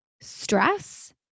stress